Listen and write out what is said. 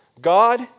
God